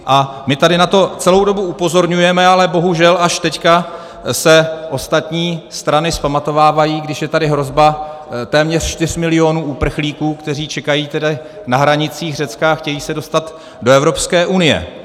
A my tady na to celou dobu upozorňujeme, ale bohužel až teď se ostatní strany vzpamatovávají, když je tady hrozba téměř 4 milionů uprchlíků, kteří čekají na hranicích Řecka a chtějí se dostat do Evropské unie.